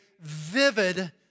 vivid